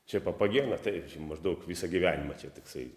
čia papagena tai maždaug visą gyvenimą čia toksai